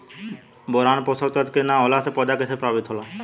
Boron पोषक तत्व के न होला से पौधा कईसे प्रभावित होला?